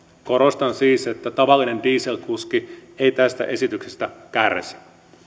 korostan siis että tavallinen dieselkuski ei tästä esityksestä kärsi